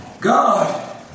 God